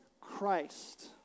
Christ